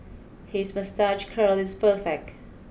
his moustache curl is perfect